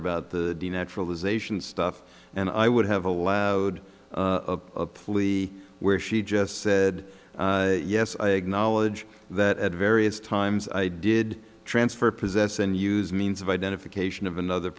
about the naturalization stuff and i would have allowed a plea where she just said yes i acknowledge that at various times i did transfer possess and use means of identification of another